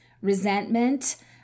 resentment